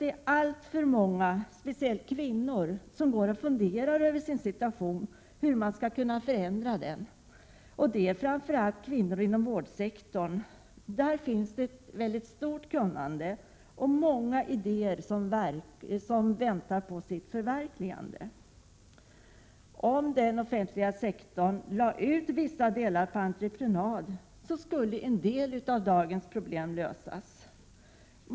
Det är alltför många, speciellt kvinnor, som går och funderar över sin situation och över hur den skall kunna förändras. Detta gäller framför allt kvinnor inom vårdsektorn. De besitter ett stort kunnande och har många idéer som väntar på att förverkligas. Om den offentliga sektorn lade ut vissa delar på entreprenad skulle en del av dagens problem kunna lösas.